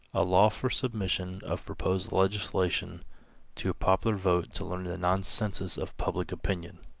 a law for submission of proposed legislation to a popular vote to learn the nonsensus of public opinion.